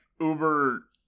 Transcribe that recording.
uber